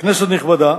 כנסת נכבדה,